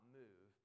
move